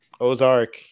Ozark